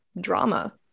drama